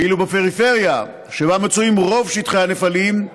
ואילו בפריפריה, שבה מצויים רוב שטחי הנפלים,